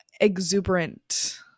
exuberant